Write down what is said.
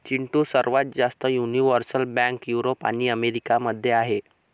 चिंटू, सर्वात जास्त universal bank Europe आणि अमेरिका मध्ये आहेत